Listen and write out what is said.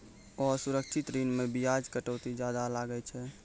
असुरक्षित ऋण मे बियाज कटौती जादा लागै छै